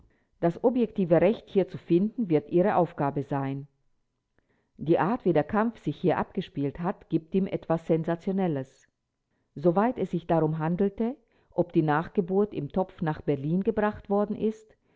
das objektive recht hier zu finden wird ihre aufgabe sein die art wie der kampf sich hier abgespielt hat gibt ihm etwas sensationelles soweit es sich darum handelte ob die nachgeburt im topf nach berlin gebracht worden ist